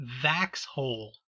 vaxhole